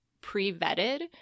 pre-vetted